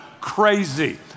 crazy